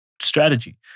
strategy